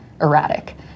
erratic